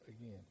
again